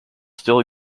still